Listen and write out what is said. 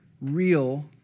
real